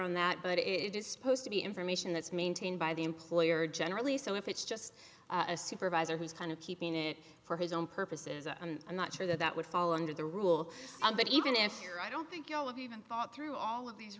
on that but it is supposed to be information that's maintained by the employer generally so if it's just a supervisor who's kind of keeping it for his own purposes i'm not sure that that would fall under the rule but even if i don't think you know of even thought through all of these